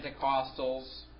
Pentecostals